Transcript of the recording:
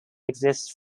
exists